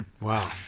Wow